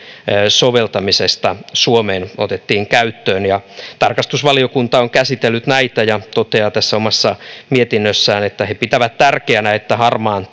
soveltamisesta suomeen otettiin käyttöön tarkastusvaliokunta on käsitellyt näitä ja toteaa tässä omassa mietinnössään että he pitävät tärkeänä että harmaan